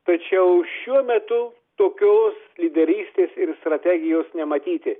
tačiau šiuo metu tokios lyderystės ir strategijos nematyti